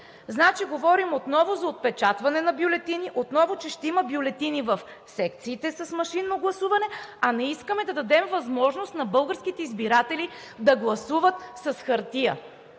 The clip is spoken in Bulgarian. Значи, говорим отново за отпечатване на бюлетини, отново, че ще има бюлетини в секциите с машинно гласуване, а не искаме да дадем възможност на българските избиратели да гласуват с хартия!